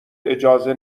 اجازه